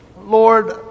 Lord